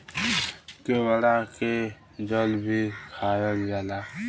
केवड़ा के जल भी खायल जाला